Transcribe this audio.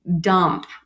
dump